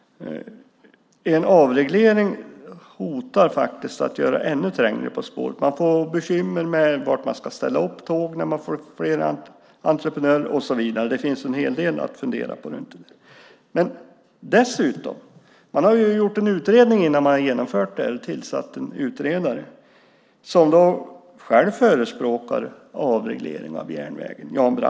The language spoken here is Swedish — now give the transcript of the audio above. En avreglering är ett hot; därmed kan det bli ännu trängre på spåren. Man får bekymmer med var tågen ska ställas när det blir flera entreprenörer och så vidare; det finns en hel del att fundera på där. Dessutom har det ju gjorts en utredning innan man genomförde det här. Man har tillsatt en utredare, Jan Brandborn, som själv förespråkar en avreglering av järnvägen.